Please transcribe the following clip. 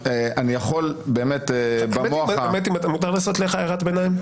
האמת, מותר לעשות לך הערת ביניים?